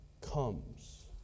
comes